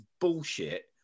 bullshit